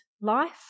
life